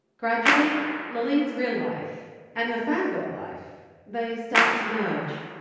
gradually, laaleen's real life and her fangirl life, they start to merge.